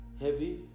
heavy